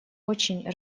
очень